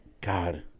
God